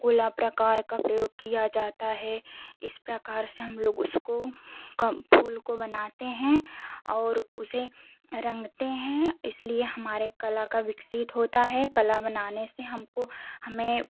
गोला प्रकार का प्रयोग किया जाता है इस प्रकार से हम लोग उसको कम फूल को बनाते हैं और उसे रँगते हैं इसलिए हमारे कला का विकसित होता है कला बनाने से हम को हमें